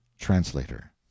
Translator